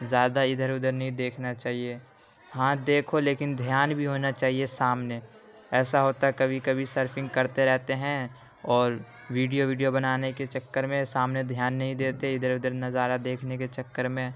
زیادہ ادھر ادھر نہیں دیکھنا چاہیے ہاں دیکھو لیکن دھیان بھی ہونا چاہیے سامنے ایسا ہوتا کبھی کبھی سرفنگ کرتے رہتے ہیں اور ویڈیو ویڈیو بنانے کی چکر میں سامنے دھیان نہیں دیتے ادھر ادھر نظارہ دیکھنے کے چکر میں